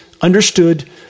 understood